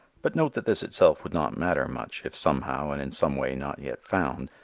but note that this itself would not matter much, if somehow and in some way not yet found,